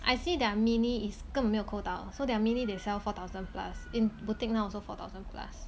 I see there are many is 根本没有 quota so there are mainly they sell four thousand plus in boutique 那种 so four thousand plus